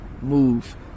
Move